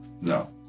No